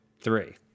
three